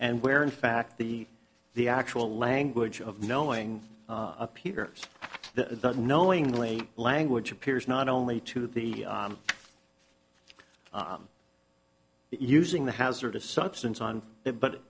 and where in fact the the actual language of knowing appears the knowingly language appears not only to the i'm using the hazardous substance on it but